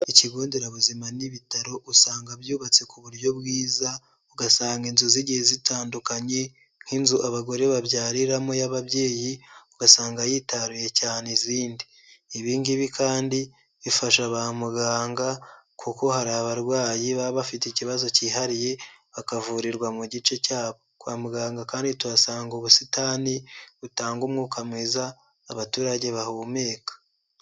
Ikigo nderabuzima n'ibitaro usanga byubatse ku buryo bwiza, ugasanga inzu zigiye zitandukanye, nk'inzu abagore babyariramo y'ababyeyi ugasanga yitaruye cyane izindi. Ibi ngibi kandi bifasha ba muganga kuko hari abarwayi baba bafite ikibazo kihariye bakavurirwa mu gice cyabo. Kwa muganga kandi tuhasanga ubusitani butanga umwuka mwiza abaturage bahumeka.